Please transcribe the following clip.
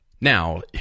Now